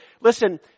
listen